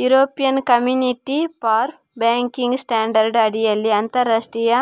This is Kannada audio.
European committee for banking standard ಅಡಿಯಲ್ಲಿ ಅಂತರರಾಷ್ಟ್ರೀಯ